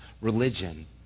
religion